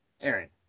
Aaron